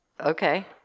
Okay